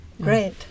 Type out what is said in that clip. Great